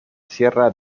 sierra